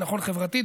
זה נכון חברתית,